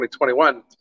2021